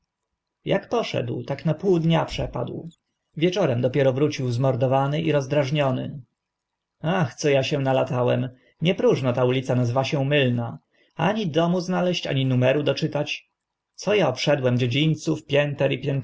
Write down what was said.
jak poszedł tak na pół dnia przepadł wieczorem dopiero wrócił zmordowany i rozdrażniony ach co a się też nalatałem nie próżno ta ulica nazywa się mylna ani domu znaleźć ani numeru doczytać co a obszedłem dziedzińców pięter